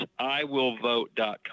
iwillvote.com